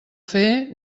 fer